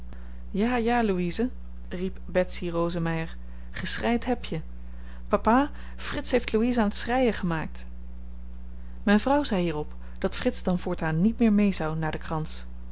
ja ja louise riep betsy rosemeyer geschreid heb je papa frits heeft louise aan t schreien gemaakt myn vrouw zei hierop dat frits dan voortaan niet meer mee zou naar den krans